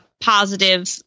positive